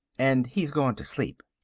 and he's gone to sleep.